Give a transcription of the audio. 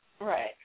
Right